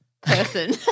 person